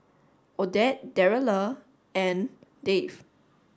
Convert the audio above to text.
Odette Darryle and Dave